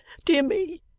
dear me